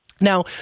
Now